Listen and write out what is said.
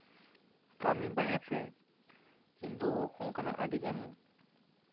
ᱠᱟᱹᱢᱤ ᱵᱟᱦᱮᱨ ᱨᱮ ᱤᱧ ᱫᱚ ᱚᱱᱠᱟᱱᱟᱜ ᱟᱹᱰᱤᱜᱟᱱ